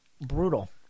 Brutal